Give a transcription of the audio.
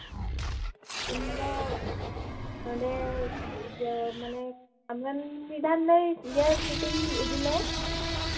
ᱤᱧ ᱫᱚ ᱱᱚᱸᱰᱮ ᱤᱭᱟᱹ ᱢᱟᱱᱮ ᱢᱤᱫᱫᱷᱟᱣ ᱤᱭᱟᱹ ᱪᱷᱤᱴᱤᱧ ᱤᱫᱤ ᱞᱮᱫ